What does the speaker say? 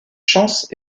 chance